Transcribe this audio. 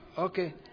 Okay